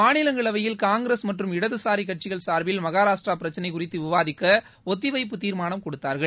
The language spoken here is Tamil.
மாநிலங்களவையில் காங்கிரஸ் மற்றும் இடதுசாரி கட்சிகள் சார்பில் மகாராஷ்ட்ரா பிரச்சனை குறித்து விவாதிக்க ஒத்திவைப்பு தீர்மானம் கொடுத்தார்கள்